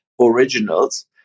originals